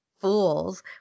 fools